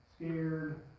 scared